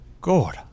God